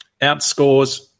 outscores